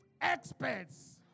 experts